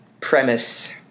premise